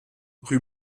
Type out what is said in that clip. rue